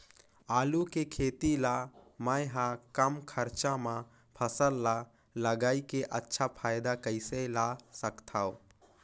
आलू के खेती ला मै ह कम खरचा मा फसल ला लगई के अच्छा फायदा कइसे ला सकथव?